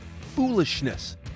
foolishness